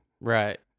right